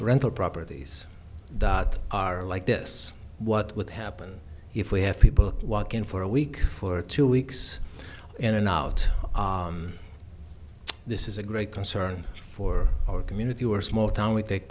rental properties that are like this what would happen if we have people walk in for a week for two weeks in and out this is a great concern for our community we're small town we take